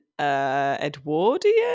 edwardian